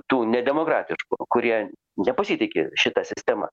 tų nedemokratiškų kurie nepasitiki šita sistema